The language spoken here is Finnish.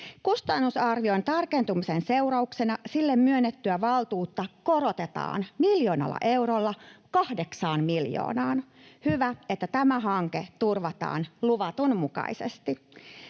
Kustannusarvion tarkentumisen seurauksena sille myönnettyä valtuutta korotetaan miljoonalla eurolla kahdeksaan miljoonaan. Hyvä, että tämä hanke turvataan luvatun mukaisesti.